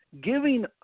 giving